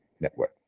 network